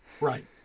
right